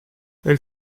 elle